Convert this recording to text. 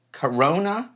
corona